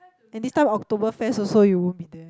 and this time Octoberfest also you won't be there